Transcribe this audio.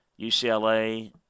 UCLA